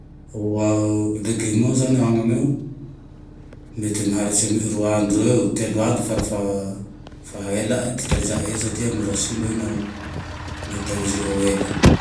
O ao legimo io zane hanine mety maharitse amy roa andro eo, telo andro fara faha elày ty itahirizaay aze satria mora simba naho tahirizao ela